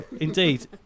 indeed